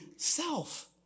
Self